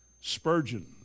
Spurgeon